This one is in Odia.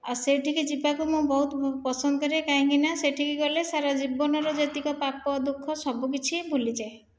ଆଉ ସେଇଠିକି ଯିବାକୁ ମୁଁ ବହୁତ ପସନ୍ଦ କରେ କାହିଁକିନା ସେଇଠିକି ଗଲେ ସାରା ଜୀବନର ଯେତକ ପାପ ଦୁଃଖ ସବୁକିଛି ଭୁଲି ଯାଏ